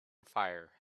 fire